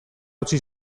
utzi